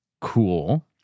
Cool